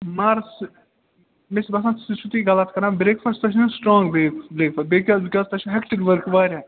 مگر سُہ مےٚ چھُ باسان سُہ چھُو تُہۍ غلط کران برٛیک فاسٹَس پٮ۪ٹھ چھِ نِوان سِٹرانگ برٛیک فاسٹہٕ بیٚیہِ کیٛاہ تۄہہِ چھُو ہیٚکٹِک ؤرٕک واریاہ